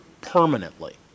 permanently